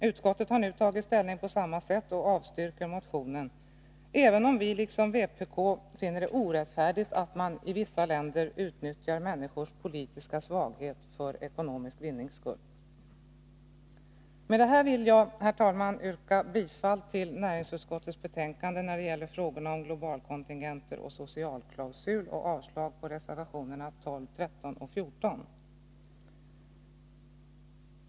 Utskottet har nu tagit ställning på samma sätt och avstyrker motionen, även om vi liksom vpk finner det orättfärdigt att man i vissa länder utnyttjar människors politiska svaghet för ekonomisk vinnings skull. Med det här vill jag, herr talman, yrka bifall till näringsutskottets hemställan när det gäller frågorna om globalkontingenter och socialklausul och avslag på reservationerna 12, 13 och 14.